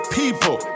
people